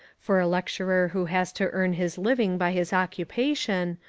for a lecturer who has to earn his living by his occupation,